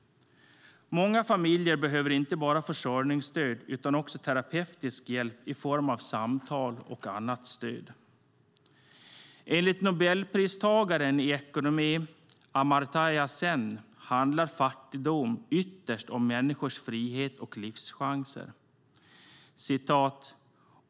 Många familjer behöver inte bara försörjningsstöd utan också terapeutisk hjälp i form av samtal och annat stöd. Enligt Nobelpristagaren i ekonomi Amartya Sen handlar fattigdom ytterst om människors frihet och livschanser.